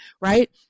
right